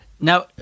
Now